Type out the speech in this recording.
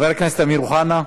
תודה רבה.